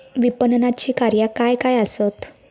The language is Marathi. विपणनाची कार्या काय काय आसत?